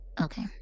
Okay